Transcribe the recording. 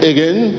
Again